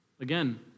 Again